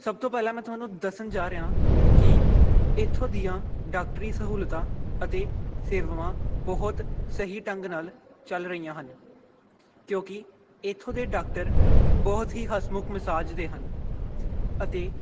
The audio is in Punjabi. ਸਭ ਤੋਂ ਪਹਿਲਾਂ ਮੈਂ ਤੁਹਾਨੂੰ ਦੱਸਣ ਜਾ ਰਿਹਾ ਕਿ ਇੱਥੋਂ ਦੀਆਂ ਡਾਕਟਰੀ ਸਹੂਲਤਾਂ ਅਤੇ ਸੇਵਾਵਾਂ ਬਹੁਤ ਸਹੀ ਢੰਗ ਨਾਲ ਚੱਲ ਰਹੀਆਂ ਹਨ ਕਿਉਂਕਿ ਇੱਥੋਂ ਦੇ ਡਾਕਟਰ ਬਹੁਤ ਹੀ ਹੱਸਮੁੱਖ ਮਿਸਾਜ ਦੇ ਹਨ ਅਤੇ